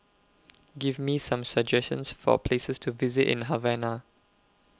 Give Me Some suggestions For Places to visit in Havana